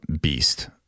beast